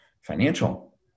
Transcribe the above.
financial